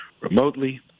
remotely